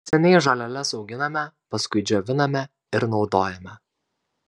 seniai žoleles auginame paskui džioviname ir naudojame